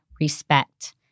respect